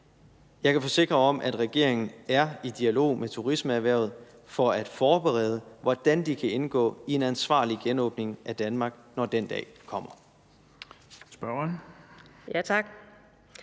Jeg kan forsikre om, at regeringen er i dialog med turismeerhvervet for at forberede, hvordan de kan indgå i en ansvarlig genåbning af Danmark, når den dag kommer.